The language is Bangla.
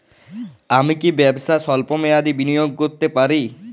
আমি কি ব্যবসাতে স্বল্প মেয়াদি বিনিয়োগ করতে পারি?